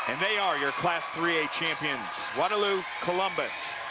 and they are your class three a champion, waterloo columbus,